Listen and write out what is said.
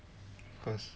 cause